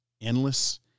endless